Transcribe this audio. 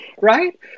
right